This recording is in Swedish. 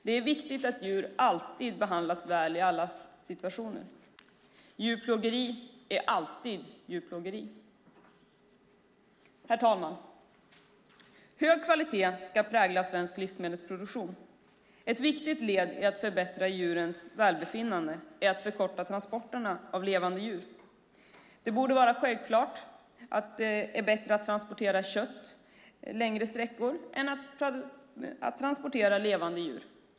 Det är viktigt att djur alltid behandlas väl i alla situationer. Djurplågeri är alltid djurplågeri. Herr talman! Hög kvalitet ska prägla svensk livsmedelsproduktion. Ett viktigt led i att förbättra djurens välbefinnande är att förkorta transporterna av levande djur. Det borde vara självklart att det är bättre att transportera kött längre sträckor än att transportera levande djur.